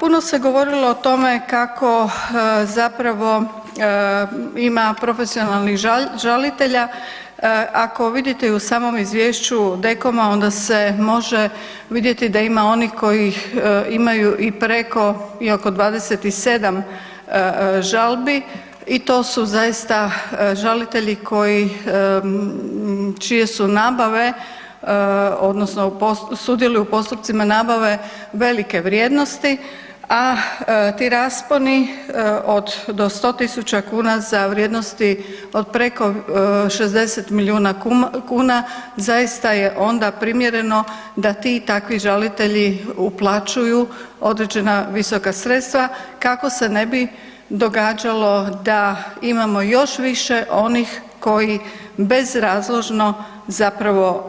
Puno se govorilo o tome kako zapravo ima profesionalnih žalitelja, ako vidite i u samom izvješću DKOM-a onda se može vidjeti da ima onih koji imaju i preko i oko 27 žalbi i to su zaista žalitelji koji, čije su nabave odnosno sudjeluju u postupcima nabave velike vrijednosti, a ti rasponi od do 100.000 kuna za vrijednosti od preko 60 milijuna kuna zaista je onda primjereno da ti i takvi žalitelji uplaćuju određena visoka sredstva kako se ne bi događalo da imamo još više onih koji bezrazložno zapravo